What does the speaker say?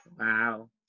wow